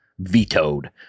vetoed